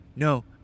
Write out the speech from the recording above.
No